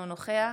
אינו נוכח